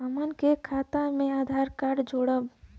हमन के खाता मे आधार कार्ड जोड़ब?